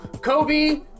Kobe